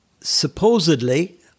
Supposedly